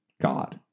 God